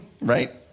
right